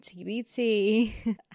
tbt